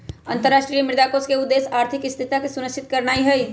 अंतरराष्ट्रीय मुद्रा कोष के उद्देश्य आर्थिक स्थिरता के सुनिश्चित करनाइ हइ